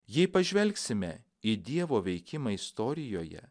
jei pažvelgsime į dievo veikimą istorijoje